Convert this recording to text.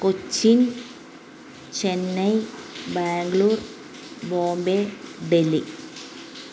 Kochi Chennai Bangalore Bombay Delhi